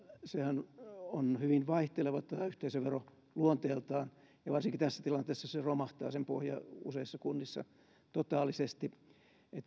sehän on hyvin vaihteleva tämä yhteisövero luonteeltaan ja varsinkin tässä tilanteessa sen pohja romahtaa useissa kunnissa totaalisesti